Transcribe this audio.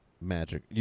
Magic